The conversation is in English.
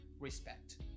respect